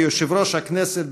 כיושב-ראש הכנסת,